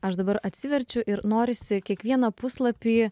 aš dabar atsiverčiu ir norisi kiekvieną puslapį